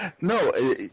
No